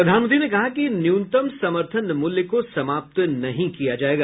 प्रधानमंत्री ने कहा कि न्यूनतम समर्थन मूल्य को समाप्त नहीं किया जायेगा